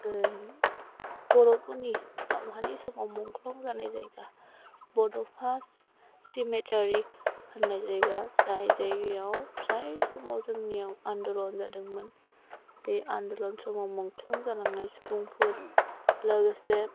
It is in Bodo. बर' फोरनि दावहानि समाव मु़ख्लं जानाय जायगा बड'फा सेमेटेरि होननाय जायगा जाय जायगायाव जाय समाव जोंनियाव आन्दलन जादोंमोन बे आन्दलन समाव मुंख्लं जालांनाय सुबुंफोर लोगोसे